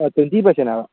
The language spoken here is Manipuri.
ꯇ꯭ꯋꯦꯟꯇꯤ ꯄꯔꯁꯦꯟ ꯍꯥꯏꯕ